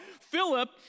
Philip